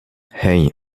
hey